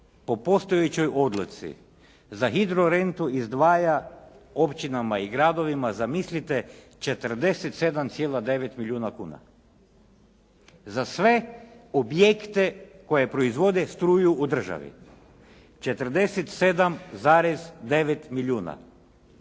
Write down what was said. po postojećoj odluci za hidrorentu izdvaja općinama i gradovima zamislite 47,9 milijuna kuna. Za sve objekte koji proizvode struju u državi 47,9 milijuna.